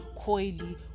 coily